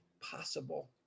possible